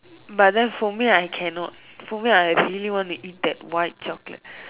but then for me I cannot for me I really wanna eat that white chocolate